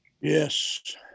Yes